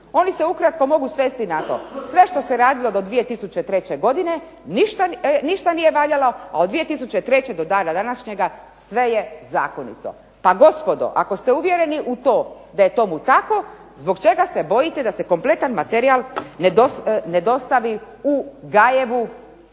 Oni se ukratko mogu svesti na to, sve što se radilo do 2003. godine ništa nije valjalo, a od 2003. do dana današnjega sve je zakonito. Pa gospodo ako ste uvjereni da je tomu tako zbog čega se bojite da se kompletan materijal ne dostavi u Gajevu